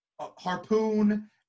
harpoon